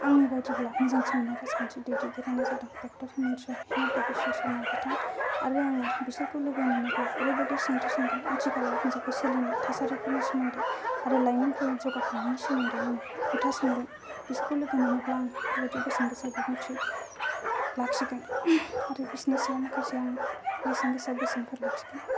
आंनि बायदिब्ला मोजांसिन मोननाय राजखान्थि दैदेनगिरिआनो जादों डक्टर हिमन हिमन्त बिश्व शर्मा बिथां आरो आङो बिसोरखौ लोगो मोनोब्ला ओरैबायदि सोंथि सोंगोन आथिखालाव हानजाफोर सोलिनाय थासारिफोरनि सोमोन्दै आरो लाइमोनफोरनि जौगाखांनायनि सोमोन्दै आङो खोथा सोंगोन बिसोरखौ लोगो मोनोब्ला आं बेफोरबायदि बेसेनगोसा बिबुंथि लाखिगोन आरो बिसोरनि सायाव माखासे आं बेसेनगोसा बोसोनफोर लाखिगोन